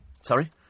Sorry